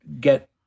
get